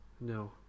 No